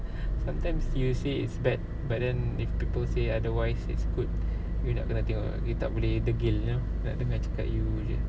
sometimes you say it's bad but then if people say otherwise it's good you nak kena tengok you tak boleh degil you know nak dengar cakap you jer